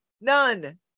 none